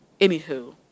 anywho